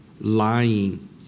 Lying